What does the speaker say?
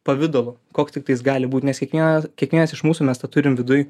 pavidalu koks tiktais gali būt nes kiekvienas kiekvienas iš mūsų mes tą turim viduj